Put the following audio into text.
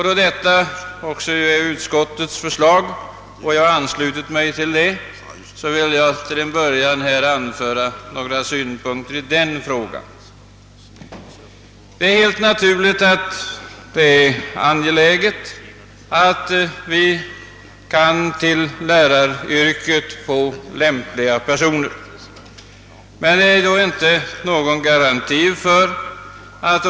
Då detta även är utskottets förslag, och jag anslutit mig till detta, vill jag till en början anföra några synpunkter i den frågan. Det är helt naturligt att vi anser det angeläget att få lämpliga personer till läraryrket.